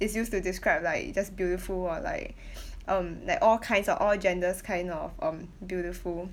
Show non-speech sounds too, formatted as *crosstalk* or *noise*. is used to describe like just beautiful or like *breath* um that all kinds or all genders kind of um beautiful